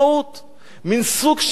מין סוג של נטל